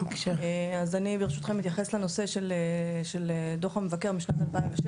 אז אני ברשותכם אתייחס לנושא של דוח המבקר משנת 2016